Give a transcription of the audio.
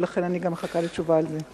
ולכן אני מחכה לתשובה גם על זה.